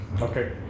Okay